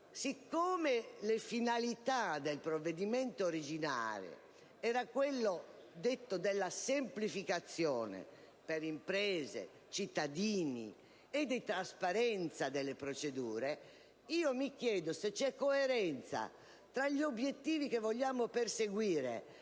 Poiché le finalità del provvedimento originale erano volte alla semplificazione per le imprese ed i cittadini ed alla trasparenza delle procedure, mi chiedo se c'è coerenza tra gli obiettivi che vogliamo perseguire